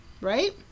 right